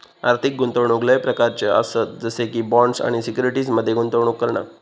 आर्थिक गुंतवणूक लय प्रकारच्ये आसत जसे की बॉण्ड्स आणि सिक्युरिटीज मध्ये गुंतवणूक करणा